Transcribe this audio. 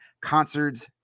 concerts